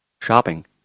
shopping